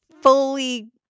fully